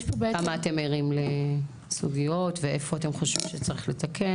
יש פה בעצם --- כמה אתם ערים לסוגיות ואיפה אתם חושבים שצריך לתקן.